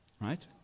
Right